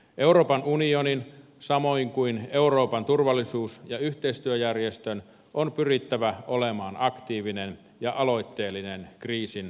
euroopan unionin samoin kuin euroopan turvallisuus ja yhteistyöjärjestön on pyrittävä olemaan aktiivinen ja aloitteellinen kriisin laukaisemiseksi